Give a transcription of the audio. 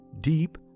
deep